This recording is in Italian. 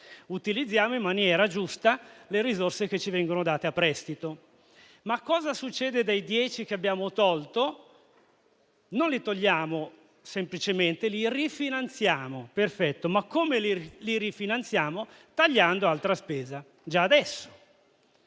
utilizziamo in maniera giusta le risorse che ci vengono date a prestito. Cosa succede però dei 10 miliardi che abbiamo tolto? Non li togliamo semplicemente, li rifinanziamo. Perfetto, ma come li rifinanziamo? Lo facciamo tagliando altra spesa già adesso.